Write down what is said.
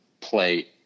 play